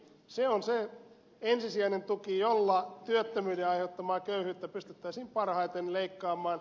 se on se ensisijainen tuki jolla työttömyyden aiheuttamaa köyhyyttä pystyttäisiin parhaiten leikkaamaan